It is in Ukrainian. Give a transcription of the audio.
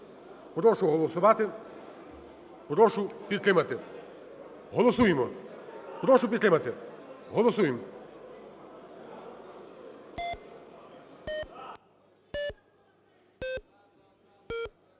Прошу голосувати. Прошу підтримати. Голосуємо, прошу підтримати. Голосуємо.